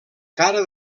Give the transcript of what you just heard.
cara